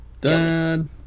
Done